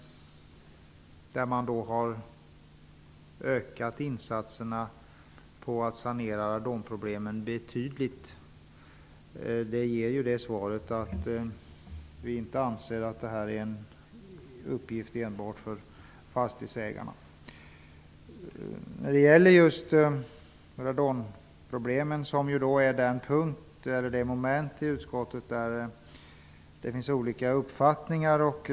Man har ökat insatserna för att sanera radonproblemen betydligt. Det innebär att vi inte anser att detta enbart är en uppgift för fastighetsägarna. I radonfrågan finns det olika uppfattningar i utskottet.